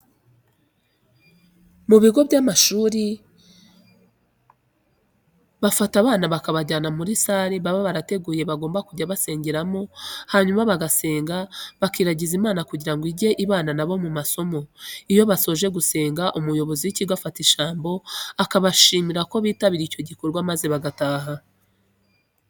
Mu bigo by'amashuri bafata abana bakabajyana muri sare baba barateguye bagomba kujya basengeramo hanyuma bagasenga, bakiragiza Imana kugira ngo ijye ibana na bo mu masomo. Iyo basoje gusenga umuyobozi w'ikigo afata ijambo akabashimira ko bitabiriye icyo gikorwa maze bagataha.